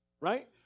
Right